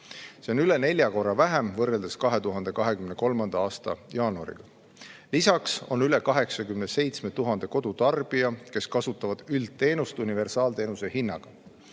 Seda on üle nelja korra vähem võrreldes 2023. aasta jaanuariga. Lisaks kasutavad üle 87 000 kodutarbija üldteenust universaalteenuse hinnaga.